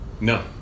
No